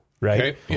right